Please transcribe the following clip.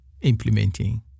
implementing